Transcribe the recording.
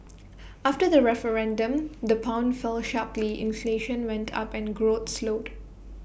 after the referendum the pound fell sharply inflation went up and growth slowed